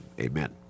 amen